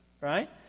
right